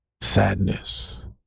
sadness